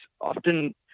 often